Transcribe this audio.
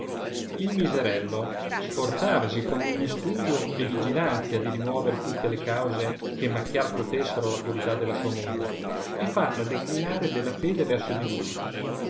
il miserello sforzavasi con ogni studio e vigilanzia di rimovere tutte le cause che macchiar potessero la purità della sua moglie e farla declinare della fede verso di lui